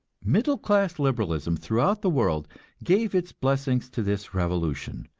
middle class liberalism throughout the world gave its blessings to this revolution,